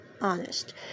honest